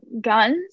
guns